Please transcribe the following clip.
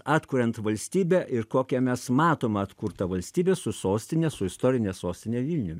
atkuriant valstybę ir kokią mes matom atkurtą valstybę su sostine su istorine sostine vilnium